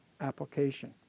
application